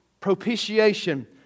propitiation